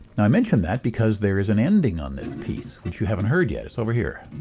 now, i mention that because there is an ending on this piece which you haven't heard yet. it's over here.